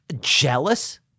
jealous